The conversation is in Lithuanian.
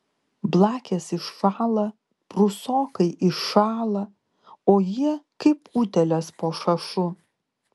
blakės iššąla prūsokai iššąla o jie kaip utėlės po šašu